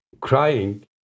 crying